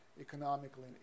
economically